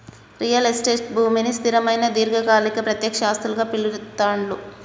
real estate భూమిని స్థిరమైన దీర్ఘకాలిక ప్రత్యక్ష ఆస్తులుగా పిలుత్తాండ్లు